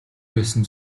байсан